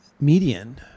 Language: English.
Median